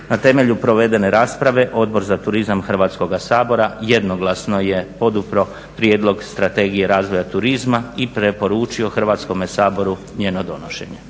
Na temelju provedene rasprave Odbor za turizam Hrvatskoga sabora jednoglasno je podupro prijedlog Strategije razvoja turizma i preporučio Hrvatskome saboru njeno donošenje.